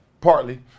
Partly